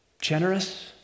Generous